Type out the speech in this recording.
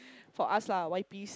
for us lah why peace